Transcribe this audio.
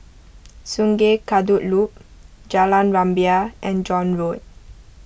Sungei Kadut Loop Jalan Rumbia and John Road